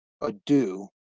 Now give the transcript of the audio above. ado